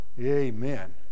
amen